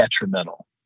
detrimental